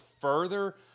further